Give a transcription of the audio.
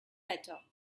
better